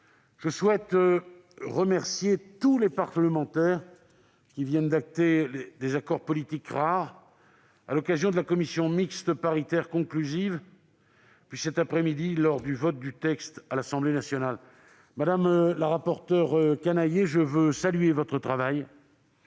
Je souhaite remercier tous les parlementaires qui viennent d'acter des accords politiques rares à l'occasion de la commission mixte paritaire conclusive, puis, cet après-midi, lors du vote du texte à l'Assemblée nationale. Je tiens, madame la rapporteure Canayer, à saluer votre travail